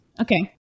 Okay